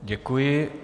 Děkuji.